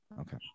Okay